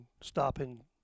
stopping